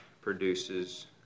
produces